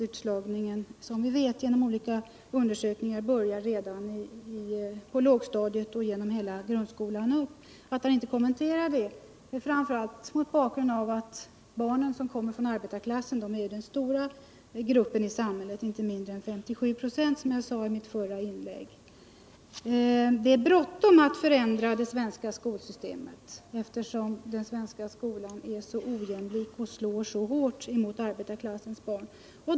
Utslagningen börjar, som vi vet genom olika undersökningar, redan på lågstadiet och pågår hela grundskolan och uppåt. Han kommenterade inte detta. Det är förvånande, framför allt mot bakgrund av att barnen från arbetarklassen är den stora gruppen i samhället — inte mindre än 57 96, vilket jag framhöll i mitt förra inlägg. Det är bråttom med att förändra det svenska skolsystemet, eftersom den svenska skolan är så ojämlik och slår så hårt mot arbetarklassens barn.